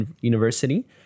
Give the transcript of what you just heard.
University